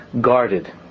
guarded